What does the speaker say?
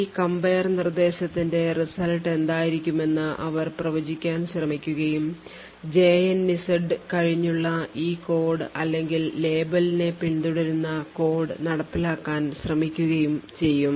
ഈ compare നിർദ്ദേശത്തിന്റെ result എന്തായിരിക്കുമെന്ന് അവർ പ്രവചിക്കാൻ ശ്രമിക്കുകയും JNZ കഴിഞ്ഞുള്ള ഈ കോഡ് അല്ലെങ്കിൽ ലേബലിനെ പിന്തുടരുന്ന കോഡ് നടപ്പിലാക്കാൻ ശ്രമിക്കുകയും ചെയ്യും